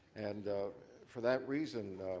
and for that reason,